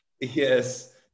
Yes